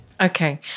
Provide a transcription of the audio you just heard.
Okay